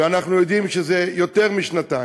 ואנחנו יודעים שזה יותר משנתיים.